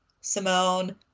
Simone